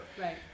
Right